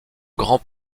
grand